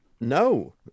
no